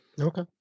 Okay